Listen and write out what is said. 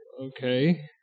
Okay